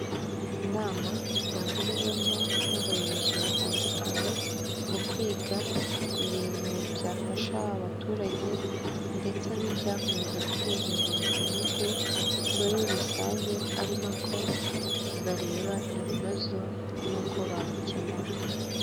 Inama yahuriwemo n'abayobozi batandukanye mu kwiga ku bintu byafasha abaturage ndetse n'ibyakomeza guteza imbere igihugu muri rusange, ari nako bareba ibibazo nuko babikemura.